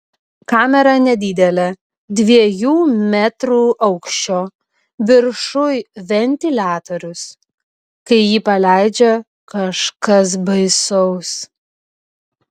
kamera nedidelė dviejų metrų aukščio viršuj ventiliatorius kai jį paleidžia kažkas baisaus